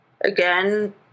again